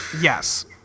Yes